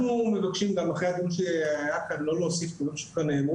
אנחנו מבקשים גם אחרי הדיון שהיה כאן לא להוסיף על דברים שנאמר,